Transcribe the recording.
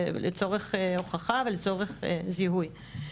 לצורך הוכחה ולצורך זיהוי,